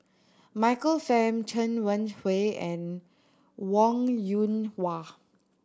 Michael Fam Chen Wen Hsi and Wong Yoon Wah